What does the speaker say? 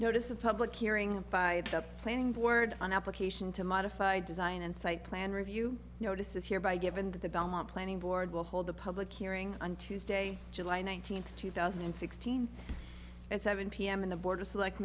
notice the public hearing by the planning board on application to modify design and site plan review notices here by given that the belmont planning board will hold the public hearing on tuesday july nineteenth two thousand and sixteen and seven pm in the board of select